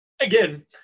again